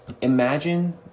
Imagine